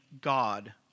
God